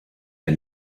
der